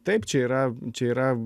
taip čia yra čia yra